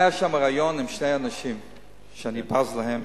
היה שם ריאיון עם שני אנשים שאני בז להם,